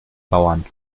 bauern